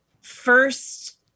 first